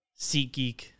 SeatGeek